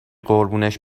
قربونش